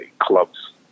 clubs